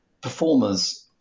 performers